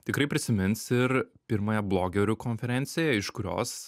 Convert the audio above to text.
tikrai prisimins ir pirmąją blogerių konferenciją iš kurios